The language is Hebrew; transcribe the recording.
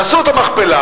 תעשו את המכפלה,